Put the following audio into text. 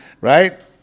Right